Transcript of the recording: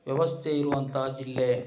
ವ್ಯವಸ್ಥೆ ಇರುವಂತಹ ಜಿಲ್ಲೆ